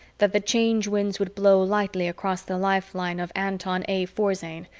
that the change winds would blow lightly across the lifeline of anton a. forzane,